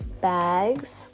bags